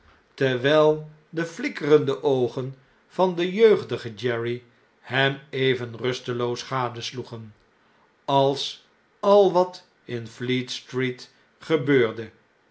terwjjl de flikkerende oogen van den jeugdigen jerry hem even rusteloos gadesloegen als al wat in fleet-street gebeurde